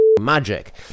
magic